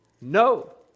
no